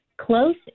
close